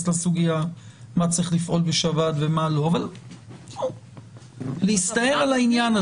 לסוגיה מה צריך לפעול בשבת ומה לא אבל להסתער על העניין הזה.